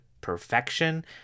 perfection